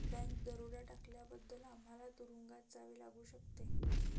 bank दरोडा टाकल्याबद्दल आम्हाला तुरूंगात जावे लागू शकते